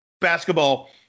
basketball